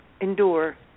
endure